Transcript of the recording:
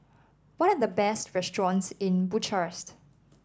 what are the best restaurants in Bucharest